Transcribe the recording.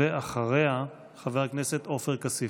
ואחריה, חבר הכנסת עופר כסיף.